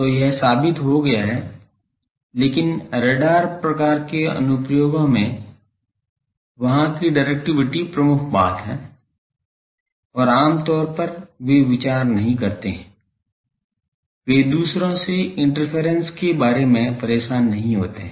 तो यह साबित हो गया है लेकिन रडार प्रकार के अनुप्रयोगों में वहाँ की डाइरेक्टिविटी प्रमुख बात है और आम तौर पर वे विचार नहीं करते हैं वे दूसरों से इंटरफेरेंस के बारे में परेशान नहीं होते हैं